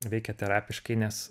veikia terapiškai nes